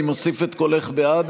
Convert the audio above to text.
אני מוסיף את קולך בעד,